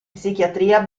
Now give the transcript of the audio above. psichiatria